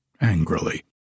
angrily